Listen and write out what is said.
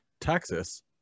Texas